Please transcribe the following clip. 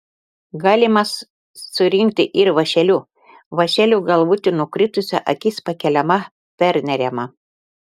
galima surinkti ir vąšeliu vąšelio galvute nukritusi akis pakeliama perneriama